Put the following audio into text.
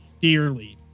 Dearly